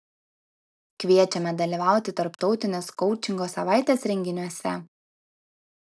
kviečiame dalyvauti tarptautinės koučingo savaitės renginiuose